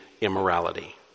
immorality